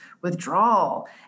Withdrawal